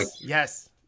Yes